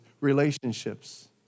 relationships